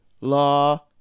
Law